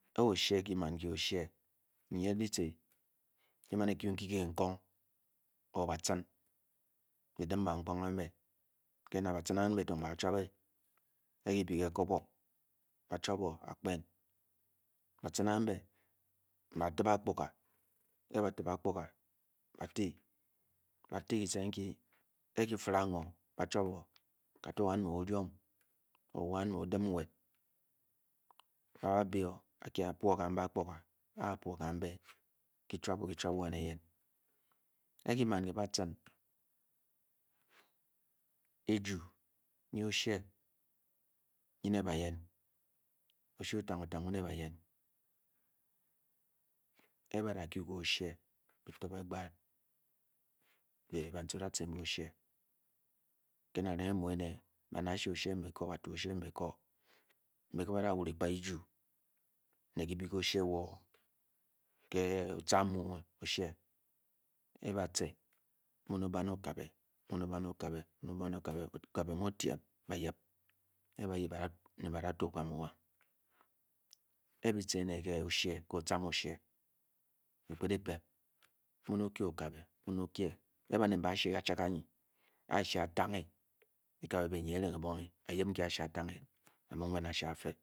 Oh oshie ki man inke oshie oyen ke tem kemani ladi baten or kekong be dim ban pkung eh ba te wan mudum usan mu dem nwel ba be ba ke wana apkoga ah peo kam be ke tuabor ketube wan bonne yen ar ge man le ba ten le oshie mu le bayen kenah ba nel oshie oshie mukon ba tu embe kor ba bedi oshie mmen nnuli okobe nmu abilo okabe para tube a be ter me le otan oshie mpke re bem mun oke anabe a banel miba ashie adwel beteng banye oiye nke adire ateng eh ba yep ba nel bafe